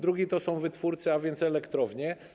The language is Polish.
Drugi filar to są wytwórcy, a więc elektrownie.